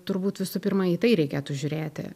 turbūt visų pirma į tai reikėtų žiūrėti